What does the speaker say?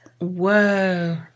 Whoa